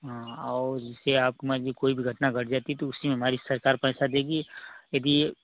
और जैसे आप मान लीजिए कोई भी घटना घट जाती है तो उसी में हमारी सरकार पैसा देगी यदि